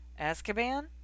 Azkaban